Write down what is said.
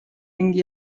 ringi